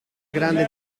grande